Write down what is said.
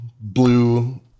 blue